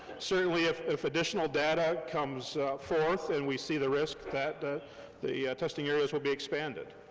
certainly, if if additional data comes forth, and we see the risks, that the the testing areas will be expanded.